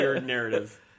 narrative